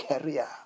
career